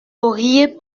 auriez